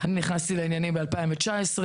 אני נכנסתי לעניינים ב-2019.